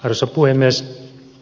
arvoisa puhemies